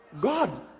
God